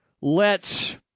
lets